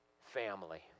Family